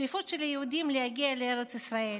שאיפות של היהודים להגיע לארץ ישראל,